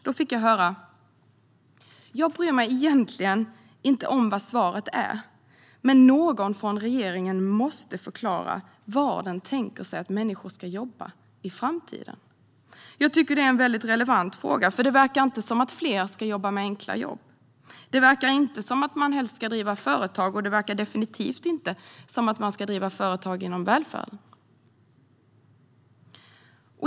Då fick jag höra en person säga: "Jag bryr mig egentligen inte om vad svaret är, men någon från regeringen måste förklara var man tänker sig att människor ska jobba i framtiden." Jag tycker att det är en väldigt relevant fråga, för det verkar inte som att fler ska jobba med enkla jobb. Det verkar inte som att människor ska driva företag, och det verkar definitivt inte som att människor ska driva företag inom välfärden.